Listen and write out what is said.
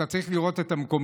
אתה צריך לראות את המקומיים,